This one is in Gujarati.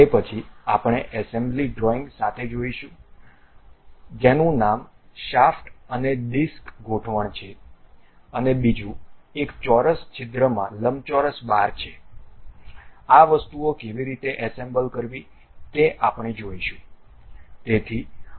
તે પછી આપણે એસેમ્બલી ડ્રોઇંગ સાથે જઈશું જેનું નામ શાફ્ટ અને ડિસ્ક ગોઠવણ છે અને બીજું એક ચોરસ છિદ્રમાં લંબચોરસ બાર છે આ વસ્તુઓ કેવી રીતે એસેમ્બલ કરવી તે આપણે જોઈશું